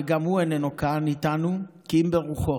וגם הוא איננו כאן איתנו כי אם ברוחו.